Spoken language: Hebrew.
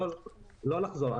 לא לחזור.